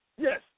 Yes